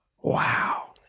Wow